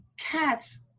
cats